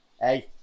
Hey